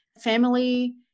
family